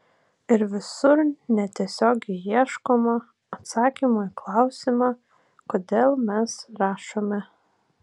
ir visur netiesiogiai ieškoma atsakymo į klausimą kodėl mes rašome